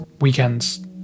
weekends